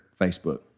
Facebook